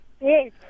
Yes